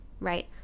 right